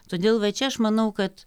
todėl va čia aš manau kad